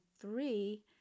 three